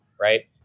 right